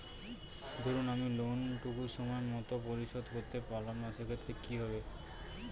ধরুন আমি লোন টুকু সময় মত পরিশোধ করতে পারলাম না সেক্ষেত্রে কি হবে?